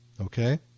okay